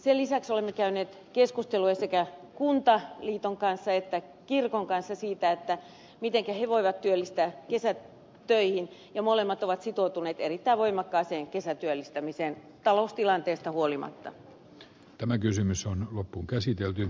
sen lisäksi olemme käyneet keskusteluja sekä kuntaliiton kanssa että kirkon kanssa siitä mitenkä ne voivat työllistää kesätöihin ja molemmat ovat sitoutuneet erittäin voimakkaaseen kesätyöllistämiseen taloustilanteesta huolimatta